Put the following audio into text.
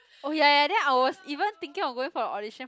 oh ya ya then I was even thinking of going for the audition